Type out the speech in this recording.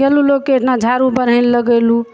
गेलहुँ लोकके अहिना झाड़ू बाड़हनि लगेलहुँ